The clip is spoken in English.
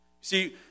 See